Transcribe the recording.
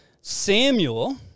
Samuel